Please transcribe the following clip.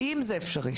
האם זה אפשרי,